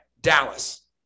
dallas